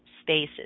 spaces